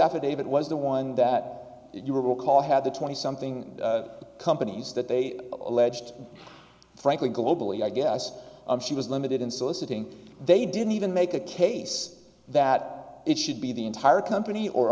affidavit was the one that you will call had the twenty something companies that they alleged frankly globally i guess she was limited in soliciting they didn't even make a case that it should be the entire company or